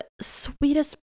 sweetest